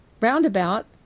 Roundabout